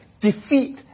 defeat